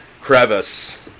crevice